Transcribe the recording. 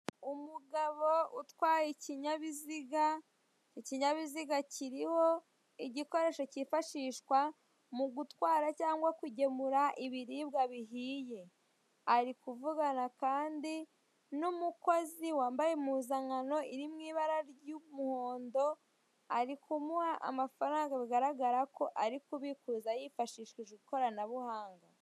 Umugabo utwaye ikinyabiziga. Ikinyabiziga kiriho igikoresho kifashishwa mu gutwara cyangwa kugemura ibiribwa bihiye; ari kuvugana kandi n'umukozi wambaye impuzankano iri mu ibara ry'umuhondo, ari kumuha amafaranga bigaragara ko ari kubikuza yifashishije ikoranabuhanga.